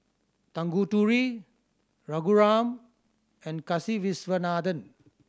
Tanguturi Raghuram and Kasiviswanathan